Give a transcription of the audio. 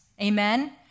amen